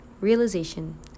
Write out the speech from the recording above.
realization